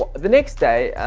um the next day,